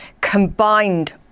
combined